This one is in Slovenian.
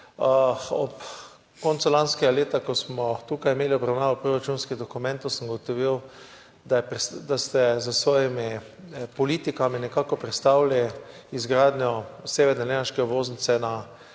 Ob koncu lanskega leta, ko smo tukaj imeli obravnavo proračunskih dokumentov, sem ugotovil, da ste s svojimi politikami prestavili izgradnjo severne lenarške obvoznice na